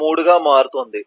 3 గా మారుతుంది